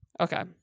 Okay